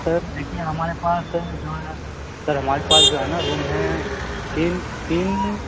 sir देखिए हमारे पास जो है सर हमारे पास जो है ना रूम हैं तीन तीन